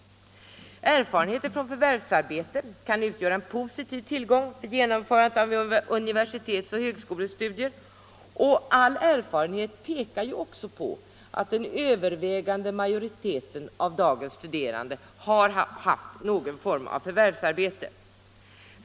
Erfarenhet från förvärvsarbete kan utgöra en positiv tillgång för genomförandet av universitetsoch högskolestudier, och allting pekar också på att majoriteten av de studerande har haft någon form av förvärvsarbete.